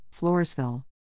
Floresville